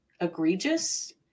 egregious